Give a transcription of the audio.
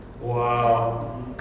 Wow